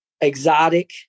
exotic